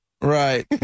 Right